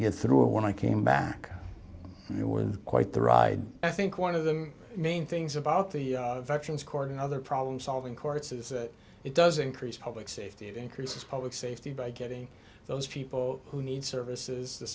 get through when i came back it was quite the ride i think one of the main things about the veterans court another problem solving courts is that it does increase public safety it increases public safety by getting those people who need services the